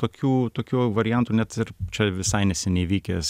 tokių tokių variantų net ir čia visai neseniai vykęs